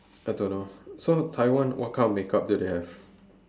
I don't know so taiwan what kind of makeup do they have